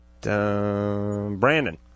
Brandon